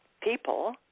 people